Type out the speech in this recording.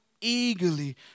eagerly